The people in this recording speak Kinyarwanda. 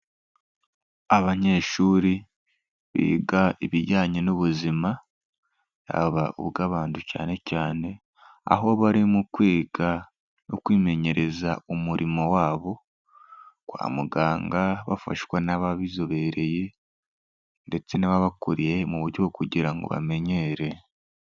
Abanyeshuri biga ibijyanye n'ubuzima yaba ubw'abantu cyane cyane, aho bari mu kwiga no kwimenyereza umurimo wabo kwa muganga, bafashwa n'ababizobereye ndetse n'ababakuriye mu buryo bwo kugira ngo bamenyere.